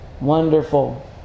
Wonderful